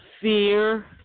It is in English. fear